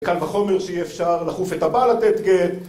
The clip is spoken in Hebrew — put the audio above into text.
קל בחומר שאי אפשר לחוף את הבא לתת גט